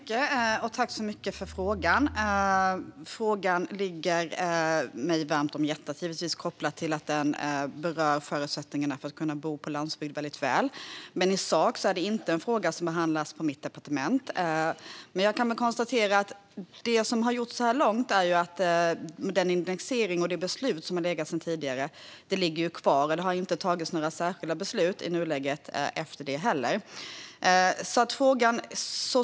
Fru talman! Tack så mycket för frågan! Frågan ligger mig givetvis varmt om hjärtat, kopplat till att den berör förutsättningarna för att man ska kunna bo på landsbygd. Men i sak är det inte en fråga som behandlas på mitt departement. Jag kan dock konstatera att den indexering och det beslut som finns sedan tidigare ligger kvar. Det har inte tagits några särskilda beslut efter det.